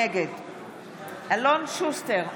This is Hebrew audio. נגד אלון שוסטר,